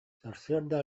сарсыарда